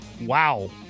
Wow